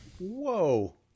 whoa